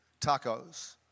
Tacos